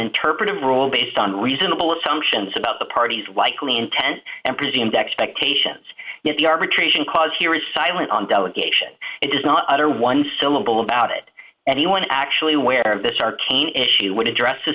interpretive rule based on reasonable assumptions about the party's likely intent and presumed expectations if the arbitration clause here is silent on delegation it does not utter one syllable about it and one actually where this arcane issue would address t